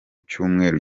cyumweru